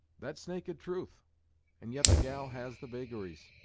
that's naked truth and yet the gal has the vagaries.